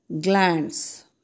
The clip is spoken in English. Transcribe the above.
glands